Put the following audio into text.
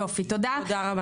יופי, תודה.